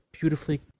beautifully